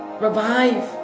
revive